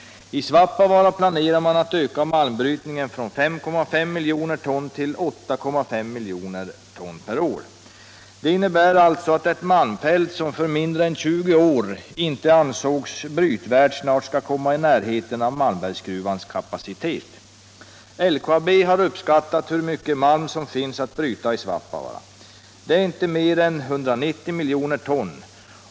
I Svappavaara planerar man att öka malmbrytningen från 5,5 miljoner ton till 8,5 miljoner ton per år. Det innebär alltså att ett malmfält som för mindre än 20 år sedan inte ansågs brytvärt snart skall komma i närheten av Malmbergsgruvans kapacitet. LKAB har också uppskattat hur mycket malm som finns att bryta i Svappavaara. Det är inte mer än 190 miljoner ton.